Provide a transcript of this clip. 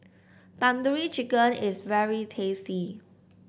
Tandoori Chicken is very tasty